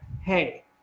hey